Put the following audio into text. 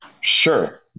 sure